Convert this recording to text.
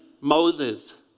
Moses